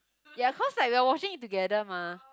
ya cause like we are watching it together mah